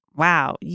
wow